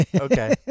Okay